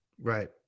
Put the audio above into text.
right